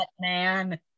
man